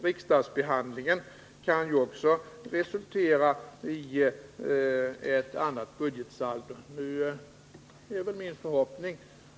Riksdagsbehandlingen kan också resultera i ett annat budgetsaldo.